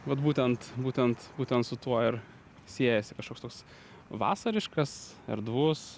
vat būtent būtent būtent su tuo ir siejasi kažkoks toks vasariškas erdvus